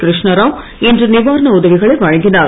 கிருஷ்னாராவ் இன்று நிவாரண உதவிகளை வழங்கினார்